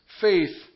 faith